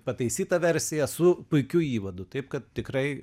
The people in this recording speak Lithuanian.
pataisyta versija su puikiu įvadu taip kad tikrai